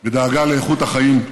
בדאגה לאיכות החיים.